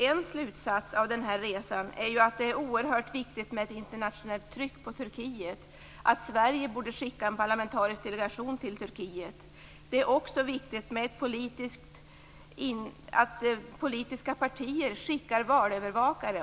En slutsats av den här resan är att det är oerhört viktigt med ett internationellt tryck på Turkiet. Sverige borde skicka en parlamentarisk delegation till Det är också viktigt att politiska partier skickar valövervakare.